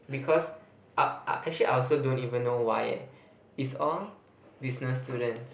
because I I actually I also don't even know why eh it's all business students